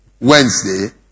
wednesday